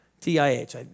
T-I-H